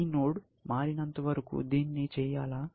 ఈ నోడ్ మారినంత వరకు దీన్ని చెయ్యాలా